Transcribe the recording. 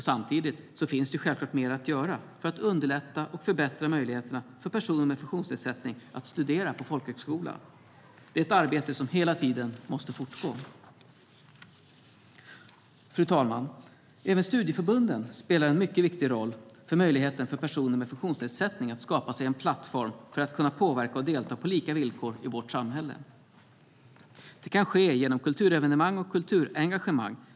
Samtidigt finns det självklart mer att göra för att underlätta och förbättra möjligheterna för personer med funktionsnedsättning att studera på folkhögskola. Det är ett arbete som hela tiden måste fortgå. Fru talman! Även studieförbunden spelar en mycket viktig roll för möjligheten för personer med funktionsnedsättning att skapa sig en plattform för att kunna påverka och delta på lika villkor i vårt samhälle. Det kan ske genom kulturevenemang och kulturengagemang.